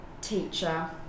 teacher